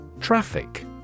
Traffic